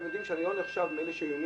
כי אני מבין שאני לא נחשב מאלה --- ללשכה.